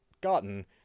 gotten